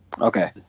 Okay